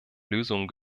lösungen